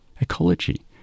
ecology